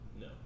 No